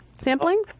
sampling